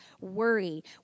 worry